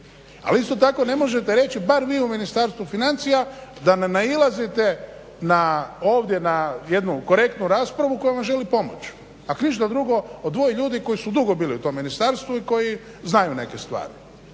Ali isto tako ne možete reći bar vi u Ministarstvu financija da ne nailazite ovdje na korektnu raspravu kojom vam želi pomoći, ako ništa drugo od dvoje ljudi koji su dugo bili u to Ministarstvu i koji znaju neke stvari.